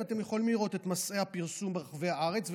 אתם יכולים לראות את מסעי הפרסום ברחבי הארץ,